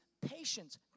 patience